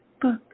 book